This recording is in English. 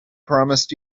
promised